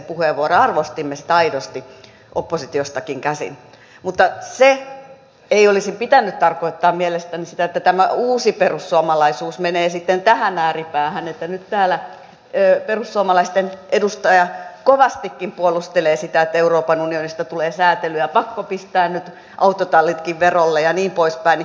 arvostimme sitä aidosti oppositiostakin käsin mutta sen ei olisi pitänyt tarkoittaa mielestäni sitä että tämä uusi perussuomalaisuus menee sitten tähän ääripäähän että nyt täällä perussuomalaisten edustaja kovastikin puolustelee sitä että euroopan unionista tulee sääntelyä pakko pistää nyt autotallitkin verolle ja niin poispäin